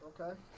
okay